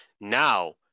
now